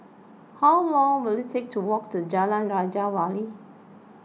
how long will it take to walk to Jalan Raja Wali